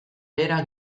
behera